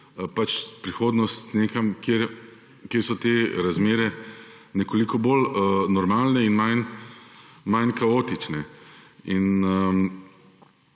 iskat prihodnost nekam, kjer so te razmere nekoliko bolj normalne in manj kaotične. Po